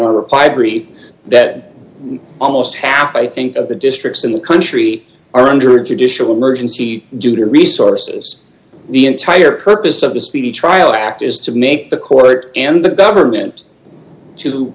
brief that almost half i think of the districts in the country are under judicial emergency due to resources the entire purpose of the speedy trial act is to make the court and the government to